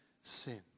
sin